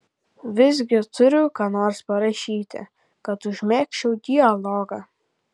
visgi turiu ką nors parašyti kad užmegzčiau dialogą